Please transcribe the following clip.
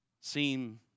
seem